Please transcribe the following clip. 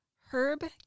Herb